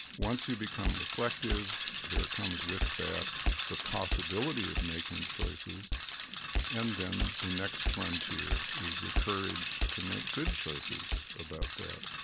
once you become reflective there comes with that the possibility of making choices and then the next frontier is the courage to make good choices about that,